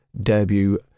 debut